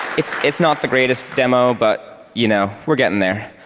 it's it's not the greatest demo, but you know, we're getting there.